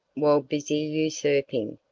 while busy usurping,